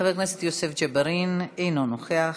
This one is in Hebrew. חבר הכנסת יוסף ג'בארין, אינו נוכח,